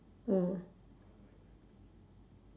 mm